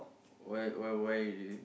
what what why did you